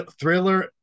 Thriller